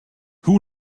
who